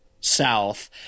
south